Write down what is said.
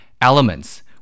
elements